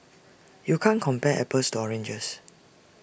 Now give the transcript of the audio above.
you can't compare apples to oranges